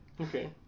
Okay